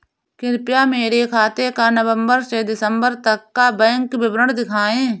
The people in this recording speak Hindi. कृपया मेरे खाते का नवम्बर से दिसम्बर तक का बैंक विवरण दिखाएं?